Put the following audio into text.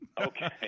Okay